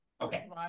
Okay